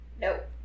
Nope